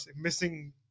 missing